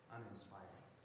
Uninspired